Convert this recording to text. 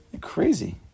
Crazy